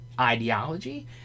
ideology